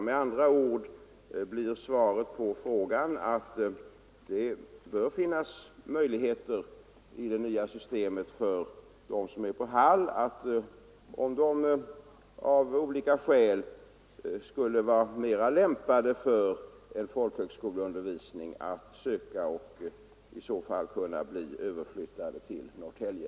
Med andra ord blir svaret på frågan, att det bör finnas möjligheter i det nya systemet för dem som är på Hall att, om de av olika skäl skulle vara mera lämpade för en folkhögskolundervisning, ansöka om sådan och i så fall kunna bli överflyttade till Norrtälje.